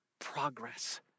progress